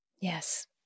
Yes